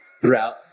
throughout